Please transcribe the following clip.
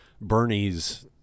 Bernie's